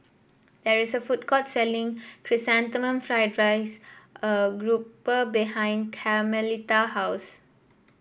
there is a food court selling chrysanthemum fried dries grouper behind Carmelita house